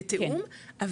בתיאום,